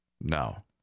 No